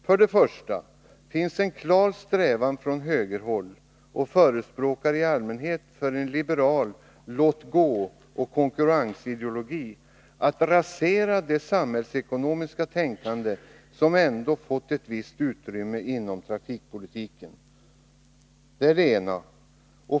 För det första finns en klar strävan från högerhåll och förespråkare i allmänhet för en liberal låtgåoch konkurrensideologi att rasera det samhällsekonomiska tänkande som ändå har fått ett visst utrymme inom trafikpolitiken.